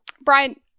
Brian